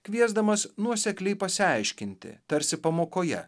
kviesdamas nuosekliai pasiaiškinti tarsi pamokoje